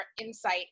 insight